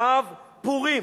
ו' פורים,